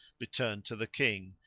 returned to the king,